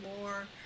more